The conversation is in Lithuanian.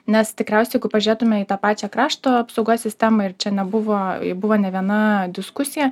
nes tikriausiai jeigu pažiūrėtume į tą pačią krašto apsaugos sistemą ir čia nebuvo buvo ne viena diskusija